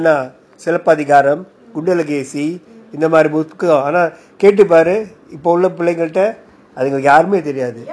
சிலப்பதிகாரம்குண்டலகேசிஇந்தமாதிரிகேட்டுபாருஇப்போஉள்ளபிள்ளைங்ககிட்டஅவங்கயாருக்குமேதெரியாது:silapathikaram kundalakesi indha madhiri ketuparu ipo ulla pillaingakita avanga yarukume theriathu